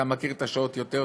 אתה מכיר את השעות יותר טוב,